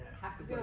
have to do